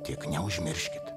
tik neužmirškit